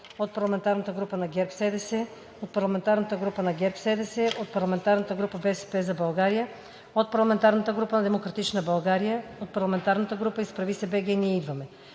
от парламентарната група на ГЕРБ-СДС; - от парламентарната група на ГЕРБ-СДС; - от парламентарната група на „БСП за България“; - от парламентарната група на „Демократична България“; - от парламентарната група на „Изправи се БГ! Ние идваме!“